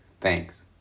Thanks